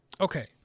Okay